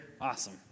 Awesome